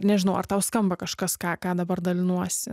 nežinau ar tau skamba kažkas ką ką dabar dalinuosi